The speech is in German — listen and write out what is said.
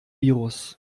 virus